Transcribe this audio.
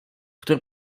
który